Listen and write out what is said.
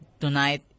tonight